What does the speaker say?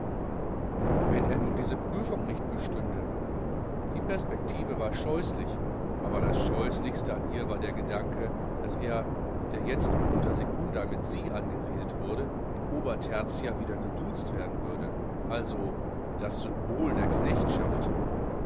wenn er nun diese prüfung nicht bestünde die perspektive war scheußlich aber das scheußlichste an ihr war der gedanke daß er der jetzt in untersekunde mit sie angeredet wurde in obertertia wieder gedutzt werden würde also das symbol der knechtschaft